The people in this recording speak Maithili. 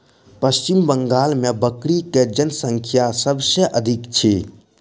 पश्चिम बंगाल मे बकरी के जनसँख्या सभ से अधिक अछि